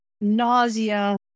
nausea